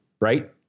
right